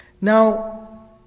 Now